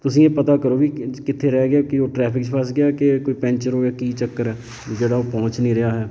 ਤੁਸੀਂ ਇਹ ਪਤਾ ਕਰੋ ਵੀ ਕ ਕਿੱਥੇ ਰਹਿ ਗਿਆ ਕੀ ਉਹ ਟਰੈਫਿਕ 'ਚ ਫਸ ਗਿਆ ਕਿ ਕੋਈ ਪੈਂਚਰ ਹੋਇਆ ਕੀ ਚੱਕਰ ਹੈ ਜਿਹੜਾ ਉਹ ਪਹੁੰਚ ਨਹੀਂ ਰਿਹਾ ਹੈ